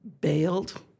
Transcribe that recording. bailed